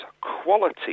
quality